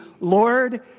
Lord